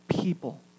people